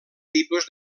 tipus